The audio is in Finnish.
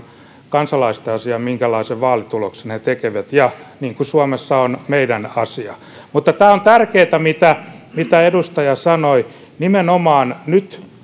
kansalaisten asia minkälaisen vaalituloksen he tekevät niin kuin suomessa on meidän asiamme mutta tämä on tärkeätä mitä mitä edustaja sanoi nimenomaan nyt